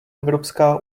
evropská